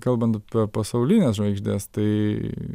kalbant apie pasaulines žvaigždes tai